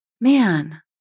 man